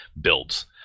builds